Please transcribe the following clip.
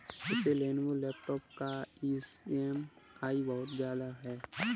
इस Lenovo laptop का EMI बहुत ज्यादा है